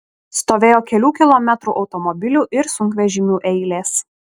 stovėjo kelių kilometrų automobilių ir sunkvežimių eilės